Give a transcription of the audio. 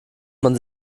man